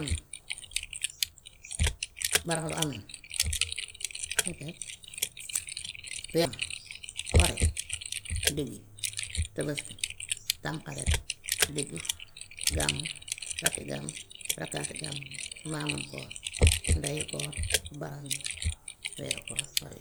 baraxlu am na we- kore, diggi, tabaski, tamxarit, diggi, gàmmu, rakki gàmmu, ràkkaati gàmmu, maamu koor, ndeyu koor, baraxlu, weeru koor.